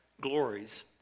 glories